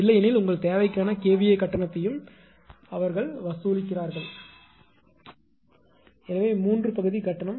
இல்லையெனில் உங்கள் தேவைக்கான kVA கட்டணத்தையும் அவர்கள் வசூலிக்கிறார்கள் எனவே மூன்று பகுதி கட்டணம்